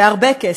והרבה כסף.